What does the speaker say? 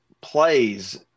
plays